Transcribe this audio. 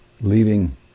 leaving